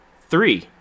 three